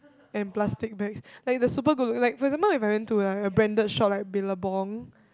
and plastic bags like the super good looking like for example if I went to like a branded shop like Billabong